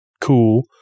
cool